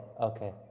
okay